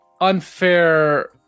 unfair